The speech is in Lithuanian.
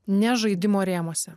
ne žaidimo rėmuose